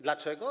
Dlaczego?